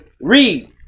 Read